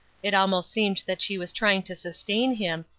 it almost seemed that she was trying to sustain him,